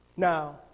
Now